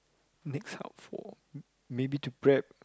next hub for maybe to prep